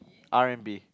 R-and-B